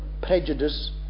prejudice